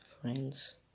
friends